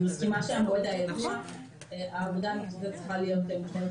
אני מסכימה שהעבודה הייתה צריכה להיות מושלמת